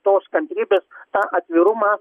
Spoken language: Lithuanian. tos kantrybės tą atvirumą